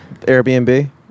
Airbnb